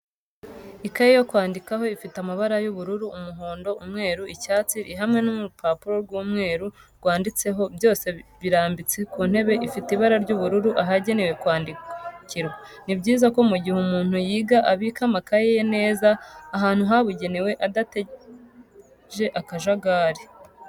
Ikaye yo kwandikano ifite amabara y'ubururu, umuhondo, umweru icyatsi iri hamwe n'urupapuro rw'umweru rwanditseho, byose birambitse ku ntebe ifite ibara ry'ubururu ahagenewe kwandikirwa. ni byiza ko mu gihe umuntu yiga abika amakayi ye neza ahantu habugenewe adateje akajagari.